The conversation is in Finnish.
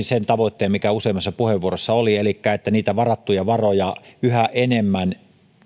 sen tavoitteen mikä useimmassa puheenvuorossa oli elikkä sen että niitä varattuja varoja yhä enemmän päätyy